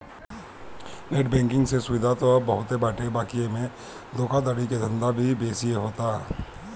net banking से सुविधा त बहुते बाटे बाकी एमे धोखाधड़ी के धंधो भी बेसिये होता